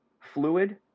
fluid